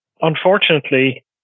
unfortunately